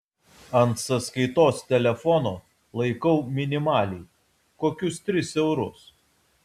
ant sąskaitos telefono laikau minimaliai kokius tris eurus